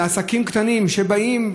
לעסקים קטנים שבאים.